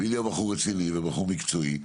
ואיליה בחור רציני ובחור מקצועי.